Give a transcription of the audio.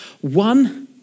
One